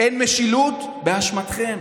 אין משילות, באשמתכם.